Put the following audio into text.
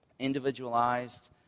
individualized